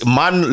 man